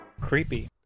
creepy